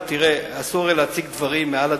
אסור הרי להציג דברים מעל הדוכן,